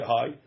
high